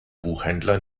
buchhändler